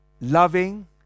Loving